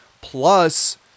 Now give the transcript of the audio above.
Plus